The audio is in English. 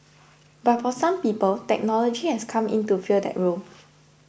but for some people technology has come in to fill that role